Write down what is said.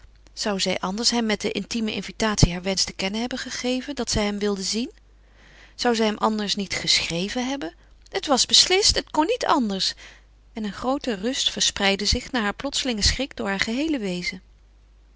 zou zij anders hem met de intieme invitatie haar wensch te kennen hebben gegeven dat zij hem wilde zien zou zij hem anders niet geschreven hebben het was beslist het kon niet anders en een groote rust verspreidde zich na haar plotselingen schrik door haar geheele wezen